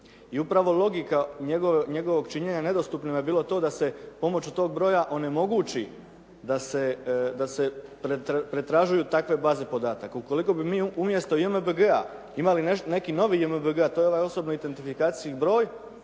i upravo logika njegovog činjenja nedostupno je bilo to da se pomoću tog broja onemogući da se pretražuju takve baze podataka. Ukoliko bi mi umjesto JMBG-a imali novi JMBG a to je ovaj osobni identifikacijski broj